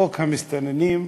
חוק המסתננים,